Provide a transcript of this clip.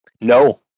No